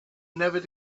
never